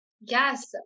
Yes